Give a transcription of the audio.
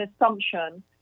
assumption